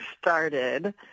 started